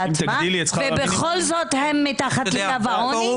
בכל זאת הם מתחת לקו העוני.